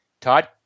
Todd